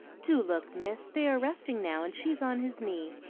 do look, miss they are resting now, and she's on his knee.